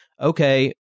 okay